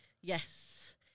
yes